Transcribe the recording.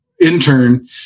intern